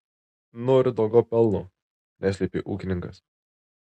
noriu daugiau pelno neslėpė ūkininkas